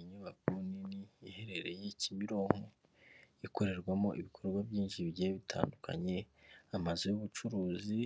Inyubako nini iherereye Kimironko, ikorerwamo ibikorwa byinshi bigiye bitandukanye, amazu y'ubucuruzi